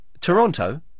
Toronto